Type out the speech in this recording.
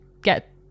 get